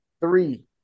Three